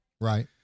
Right